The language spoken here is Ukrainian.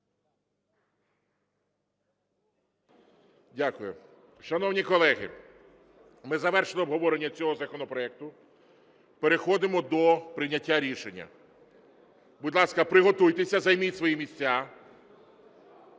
Дякую. Шановні колеги, ми завершили обговорення цього законопроекту. Переходимо до прийняття рішення. Будь ласка, приготуйтеся, займіть свої місця.